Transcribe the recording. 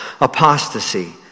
apostasy